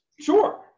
Sure